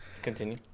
continue